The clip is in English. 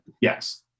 Yes